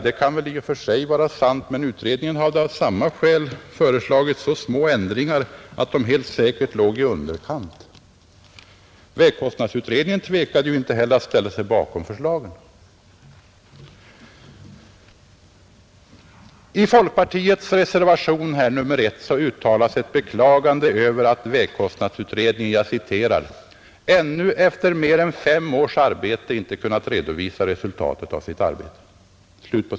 Detta är väl i och för sig sant men utredningen hade av samma skäl föreslagit så små ändringar att de helt säkert låg i underkant. Vägkostnadsutredningen tvekade ju inte heller att ställa sig bakom förslagen. I folkpartireservationen nr 1 uttalas ett beklagande över att vägkostnadsutredningen ”ännu efter mer än fem års arbete inte kunnat redovisa resultatet av sitt arbete”.